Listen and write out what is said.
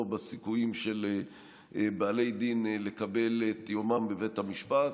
לא בסיכויים של בעלי דין לקבל את יומם בבתי המשפט,